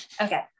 Okay